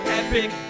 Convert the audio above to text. epic